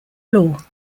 law